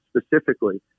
specifically